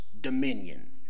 dominion